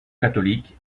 catholique